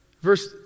Verse